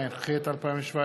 התשע"ח 2017,